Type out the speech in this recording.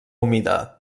humida